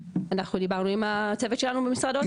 אנחנו דיברנו עם הצוות שלנו ממשרד האוצר.